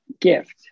gift